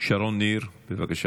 שרון ניר, בבקשה,